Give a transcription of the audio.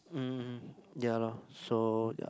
mm ya lor so ya